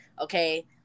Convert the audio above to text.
okay